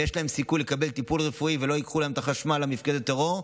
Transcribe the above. יש להם סיכוי לקבל טיפול רפואי ולא ייקחו להם את החשמל למפקדת טרור,